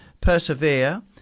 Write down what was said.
persevere